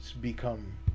become